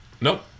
Nope